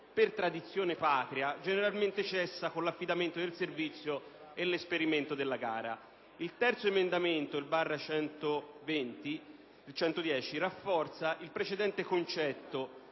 per tradizione patria, generalmente cessa con l'affidamento del servizio e l'esperimento della gara. L'emendamento 19.0.500 (testo 3)/110 rafforza il precedente concetto